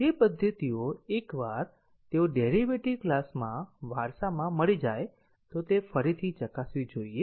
તે પદ્ધતિઓ એકવાર તેઓ ડેરીવેટીવ ક્લાસમાં વારસામાં મળી જાય તો તે ફરીથી ચકાસવી જોઈએ